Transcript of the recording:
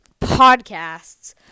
Podcasts